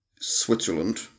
Switzerland